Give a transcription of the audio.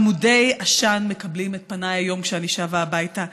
עמודי עשן מקבלים את פניי היום כשאני שבה הביתה.